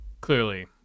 clearly